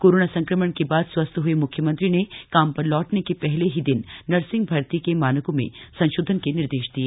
corona संक्रमण के बाद स्वस्थ हए म्ख्यमंत्री न काम पर लौटने के पहले ही दिन नर्सिंग भर्ती के मानकों में संशोधन के निर्देश दिये